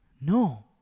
No